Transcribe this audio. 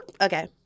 Okay